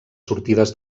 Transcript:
sortides